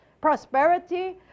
prosperity